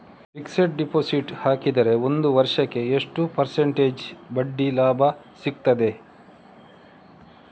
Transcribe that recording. Fixed deposit ಹಾಕಿದರೆ ಒಂದು ವರ್ಷಕ್ಕೆ ಎಷ್ಟು ಪರ್ಸೆಂಟೇಜ್ ಬಡ್ಡಿ ಲಾಭ ಸಿಕ್ತದೆ?